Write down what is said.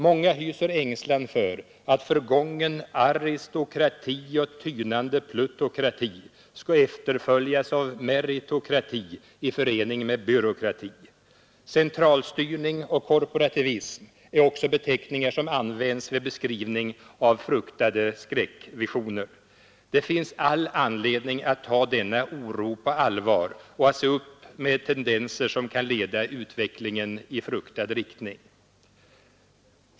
Många hyser ängslan för att förgången aristokrati och tynande plutokrati skall efterföljas av meritokrati i förening med byråkrati. Centralstyrning och korporativism är också beteckningar som används vid beskrivning av skräckvisioner. Det finns all anledning att ta denna oro på allvar och att se upp med tendenser som kan leda utvecklingen i fruktad riktning.